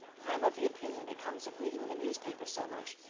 i am of the opinion it comes of reading the newspapers so much.